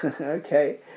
Okay